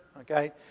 okay